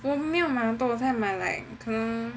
我没有买很多我才买 like 可能